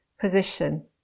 position